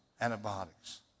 antibiotics